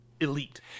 elite